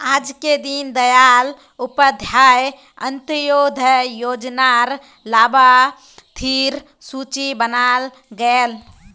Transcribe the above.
आजके दीन दयाल उपाध्याय अंत्योदय योजना र लाभार्थिर सूची बनाल गयेल